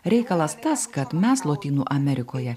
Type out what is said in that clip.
reikalas tas kad mes lotynų amerikoje